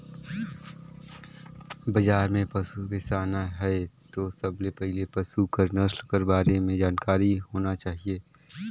बजार में पसु बेसाना हे त सबले पहिले पसु कर नसल कर बारे में जानकारी होना चाही